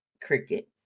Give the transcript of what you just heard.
crickets